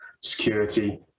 security